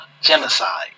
genocide